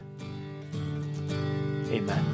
Amen